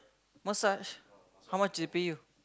massage how much they pay you